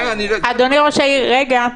אדוני ראש העיר, רגע.